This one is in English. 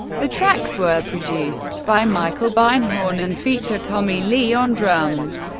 the tracks were produced by michael beinhorn, and feature tommy lee on drums.